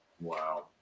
Wow